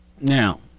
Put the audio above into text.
Now